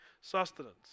sustenance